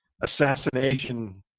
assassination